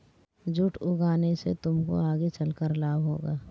jute उगाने से तुमको आगे चलकर लाभ होगा